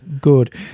good